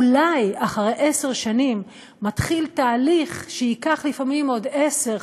אולי אחרי עשר שנים מתחיל תהליך שייקח לפעמים עוד עשר,